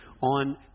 on